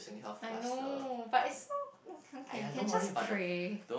I know but it's so can you can just pray